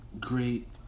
great